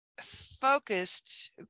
focused